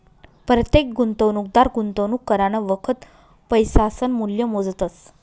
परतेक गुंतवणूकदार गुंतवणूक करानं वखत पैसासनं मूल्य मोजतस